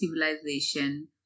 civilization